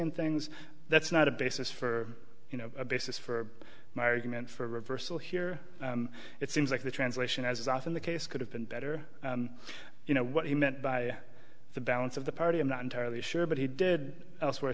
and things that's not a basis for you know a basis for my argument for reversal here it seems like the translation as is often the case could have been better you know what he meant by the balance of the party i'm not entirely sure but he did elsewhere